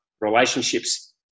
relationships